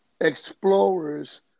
explorers